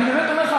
ואני אומר לך,